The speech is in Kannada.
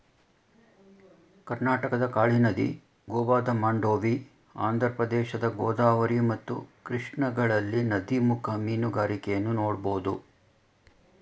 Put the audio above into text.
ಕರ್ನಾಟಕದ ಕಾಳಿ ನದಿ, ಗೋವಾದ ಮಾಂಡೋವಿ, ಆಂಧ್ರಪ್ರದೇಶದ ಗೋದಾವರಿ ಮತ್ತು ಕೃಷ್ಣಗಳಲ್ಲಿ ನದಿಮುಖ ಮೀನುಗಾರಿಕೆಯನ್ನು ನೋಡ್ಬೋದು